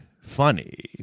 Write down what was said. funny